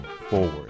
forward